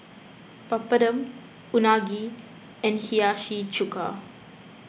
Papadum Unagi and Hiyashi Chuka